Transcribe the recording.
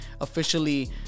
officially